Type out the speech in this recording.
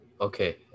Okay